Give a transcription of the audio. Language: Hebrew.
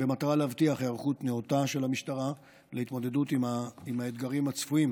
במטרה להבטיח היערכות נאותה של המשטרה להתמודדות עם האתגרים הצפויים